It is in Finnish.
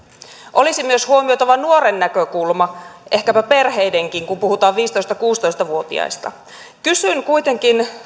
olisi myös huomioitava nuoren näkökulma ehkäpä perheidenkin kun puhutaan viisitoista viiva kuusitoista vuotiaista kysyn kuitenkin